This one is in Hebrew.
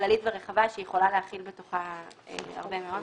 כללית ורחבה שהיא יכולה להכיל בתוכה הרבה מאוד.